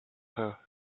her